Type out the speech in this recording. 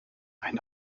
ein